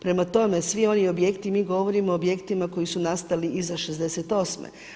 Prema tome, svi oni objekti i mi govorimo o objektima koji su nastali iz 68.